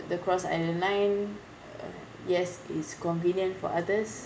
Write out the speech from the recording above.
the cross island line uh yes is convenient for others